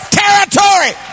territory